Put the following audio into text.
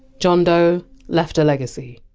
john doe left a legacy.